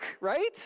right